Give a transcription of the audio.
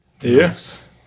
Yes